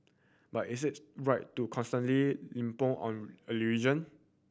but is it right to constantly lampoon on a religion